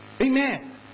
amen